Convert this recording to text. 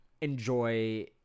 enjoy